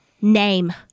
name